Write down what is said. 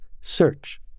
search